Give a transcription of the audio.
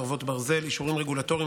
חרבות ברזל) (אישורים רגולטוריים,